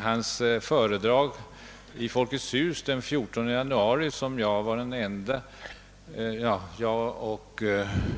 Hans föredrag i Folkets hus den 14 januari, som jag och